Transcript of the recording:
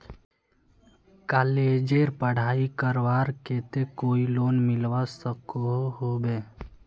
कॉलेजेर पढ़ाई करवार केते कोई लोन मिलवा सकोहो होबे?